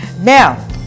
Now